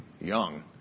Young